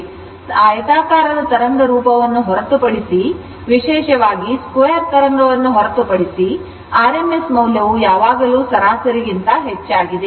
ಆದ್ದರಿಂದ ಆಯತಾಕಾರದ ತರಂಗ ರೂಪವನ್ನು ಹೊರತುಪಡಿಸಿ ವಿಶೇಷವಾಗಿ square ತರಂಗವನ್ನು ಹೊರತುಪಡಿಸಿ rms ಮೌಲ್ಯವು ಯಾವಾಗಲೂ ಸರಾಸರಿಗಿಂತ ಹೆಚ್ಚಾಗಿದೆ